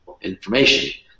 information